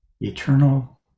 eternal